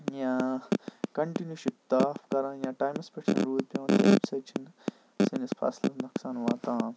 یا کَنٹینیٛوٗ چھُ تاپَھ کَران یا ٹایمَس پیٚٹھ چھُ روٗد پیٚوان تَمہِ سٟتۍ چھُنہٕ سٲنِس فَصلَس نۅقصان واتان